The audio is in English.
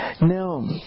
Now